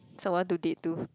someone to date to